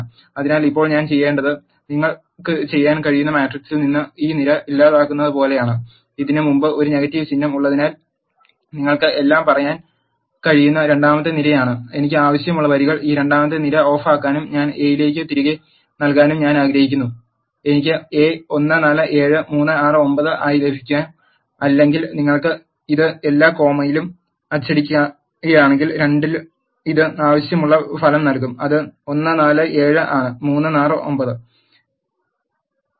അതിനാൽ ഇപ്പോൾ ഞാൻ ചെയ്യേണ്ടത് നിങ്ങൾക്ക് ചെയ്യാൻ കഴിയുന്ന മാട്രിക്സിൽ നിന്ന് ഈ നിര ഇല്ലാതാക്കുന്നത് പോലെയാണ് ഇതിന് മുമ്പ് ഒരു നെഗറ്റീവ് ചിഹ്നം ഉള്ളതിനാൽ നിങ്ങൾക്ക് എല്ലാം പറയാൻ കഴിയുന്ന രണ്ടാമത്തെ നിരയാണ് എനിക്ക് ആവശ്യമുള്ള വരികൾ ഈ രണ്ടാമത്തെ നിര ഓഫാക്കാനും ഞാൻ എയിലേക്ക് തിരികെ നൽകാനും ഞാൻ ആഗ്രഹിക്കുന്നു എനിക്ക് എ 1 4 7 3 6 9 ആയി ലഭിക്കും അല്ലെങ്കിൽ നിങ്ങൾ ഇത് എല്ലാ കോമയും അച്ചടിക്കുകയാണെങ്കിൽ 2 ഇത് ആവശ്യമുള്ള ഫലം നൽകും അത് 1 4 7 ആണ് 3 6 9